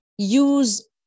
use